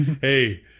Hey